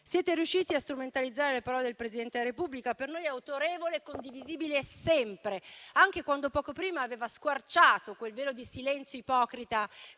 Siete riusciti a strumentalizzare le parole del Presidente della Repubblica, per noi autorevole e condivisibile sempre, anche poco prima quando aveva squarciato quel velo di silenzio ipocrita